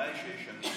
בוודאי שיש משפחות.